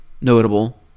notable